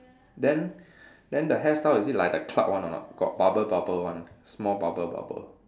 then then the hairstyle is it like the cloud one or not got bubble bubble one small bubble bubble